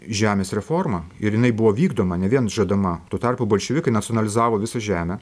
žemės reformą ir jinai buvo vykdoma ne vien žadama tuo tarpu bolševikai nacionalizavo visą žemę